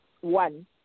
one